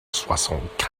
soixante